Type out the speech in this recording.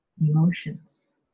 emotions